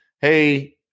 hey